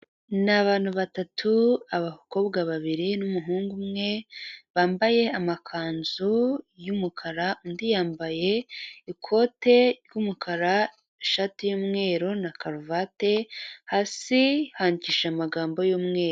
Ni abantu batatu abakobwa babiri n'umuhungu umwe bambaye amakanzu y'umukara, undi yambaye ikote ry'umukara, ishati y'umweru na karuvati. Hasi handikishije amagambo y'umweru.